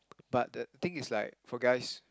but the thing is like for guys